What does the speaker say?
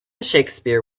shakespeare